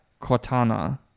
Cortana